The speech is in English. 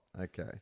Okay